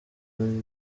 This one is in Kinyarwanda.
wanjye